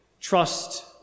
Trust